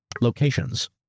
Locations